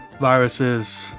viruses